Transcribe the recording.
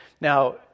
Now